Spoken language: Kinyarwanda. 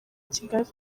kigali